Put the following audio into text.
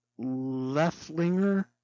Leftlinger